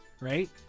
right